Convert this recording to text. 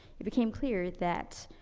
it became clear that,